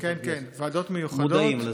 אתם מודעים לזה?